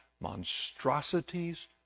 monstrosities